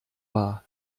war